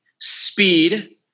speed